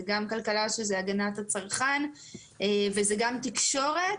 זה גם כלכלה שזה הגנת הצרכן וזה גם תקשורת.